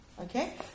Okay